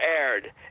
aired